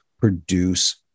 produce